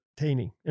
entertaining